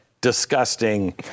disgusting